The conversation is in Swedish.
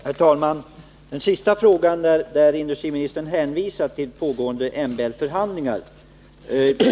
Herr talman! I sitt senaste anförande hänvisar industriministern till pågående MBL-förhandlingar.